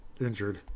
injured